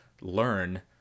learn